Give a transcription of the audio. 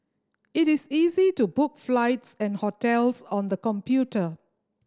it is easy to book flights and hotels on the computer